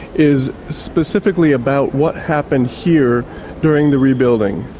is specifically about what happened here during the rebuilding.